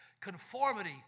Conformity